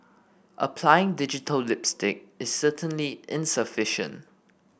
applying digital lipstick is certainly insufficient